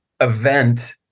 event